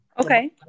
Okay